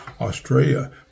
Australia